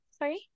Sorry